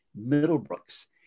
Middlebrooks